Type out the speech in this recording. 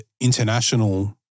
international